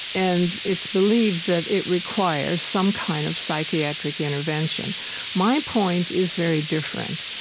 and it's believed that it requires some kind of psychiatric intervention my point is very different,